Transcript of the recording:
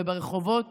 וברחובות